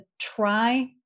try